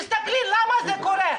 תסתכלי למה זה קורה,